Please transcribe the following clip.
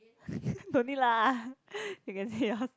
no need lah you can say yours